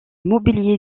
mobilier